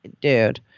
Dude